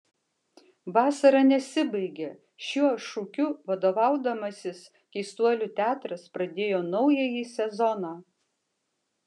vasara nesibaigia šiuo šūkiu vadovaudamasis keistuolių teatras pradėjo naująjį sezoną